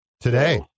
today